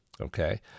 okay